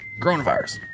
Coronavirus